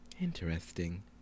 interesting